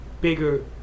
bigger